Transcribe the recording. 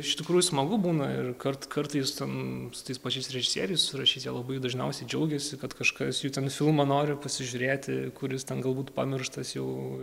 iš tikrųjų smagu būna ir kart kartais ten su tais pačiais režisieriais susirašyt jie labai dažniausiai džiaugiasi kad kažkas jų ten filmą nori pasižiūrėti kuris ten galbūt pamirštas jau